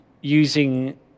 using